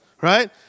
Right